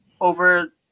over